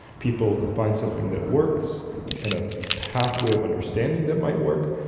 people find something that works and a pathway of understanding that might work,